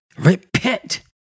Repent